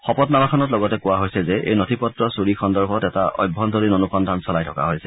শপতনামাখনত লগতে কোৱা হৈছে যে এই নথি পত্ৰ চুৰি সন্দৰ্ভত এটা অভ্যন্তৰীণ অনুসন্ধান চলাই থকা হৈছে